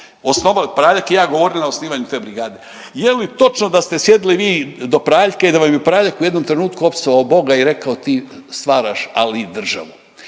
osnovao je Praljak i ja govorili na osnivanju te brigade „je li točno da ste sjedili vi do Praljka i da vam je Praljak u jednom trenutku opsovao Boga i rekao – ti stvaraš … državu?“